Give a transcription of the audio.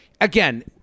Again